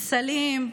פסלים,